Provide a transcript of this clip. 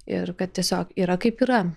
ir kad tiesiog yra kaip yra